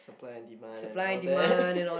supply and demand and all that